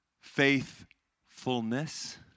faithfulness